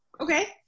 Okay